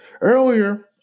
earlier